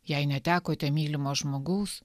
jei netekote mylimo žmogaus